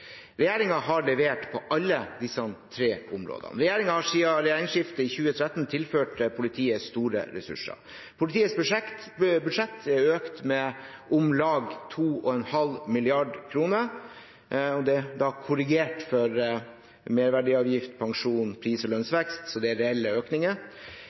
har levert på alle disse tre områdene. Regjeringen har siden regjeringsskiftet i 2013 tilført politiet store ressurser. Politiets budsjett er økt med om lag 2,5 mrd. kr. Det er da korrigert for merverdiavgift, pensjon, pris- og lønnsvekst, så det er reelle økninger.